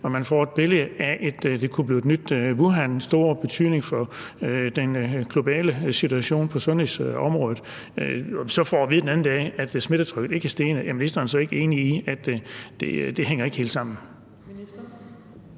Og man får et billede af, at det kunne blive et nyt Wuhan med stor betydning for den globale situation på sundhedsområdet. Så fik vi at vide forleden, at smittetrykket ikke var steget. Er ministeren så ikke enig i, at det ikke hænger helt sammen?